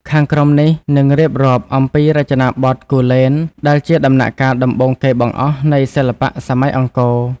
ខាងក្រោមនេះនឹងរៀបរាប់អំពីរចនាបថគូលែន ដែលជាដំណាក់កាលដំបូងគេបង្អស់នៃសិល្បៈសម័យអង្គរ។